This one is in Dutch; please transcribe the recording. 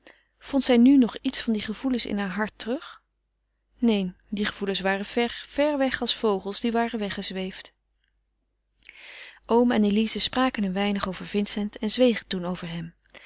zij nu nog iets van die gevoelens in haar hart terug neen die gevoelens waren ver ver weg als vogels die waren weggezweefd oom en eline spraken een weinig over vincent en zwegen toen over hem